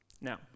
Now